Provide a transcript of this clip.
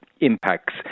impacts